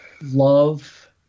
love